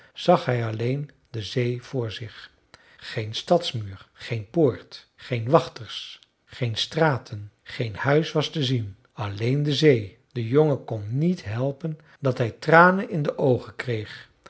zag hij alleen de zee voor zich geen stadsmuur geen poort geen wachters geen straten geen huis was te zien alleen de zee de jongen kon niet helpen dat hij tranen in de oogen kreeg